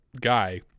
guy